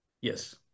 Yes